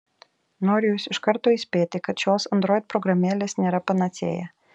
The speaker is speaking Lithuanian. noriu jus iš karto įspėti kad šios android programėlės nėra panacėja